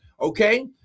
okay